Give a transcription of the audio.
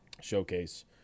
showcase